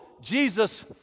Jesus